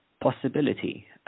possibility